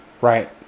right